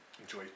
enjoy